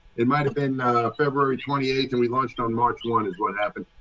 it might have been february twenty eight and we launched on march one is what happened.